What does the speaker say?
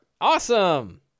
Awesome